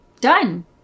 done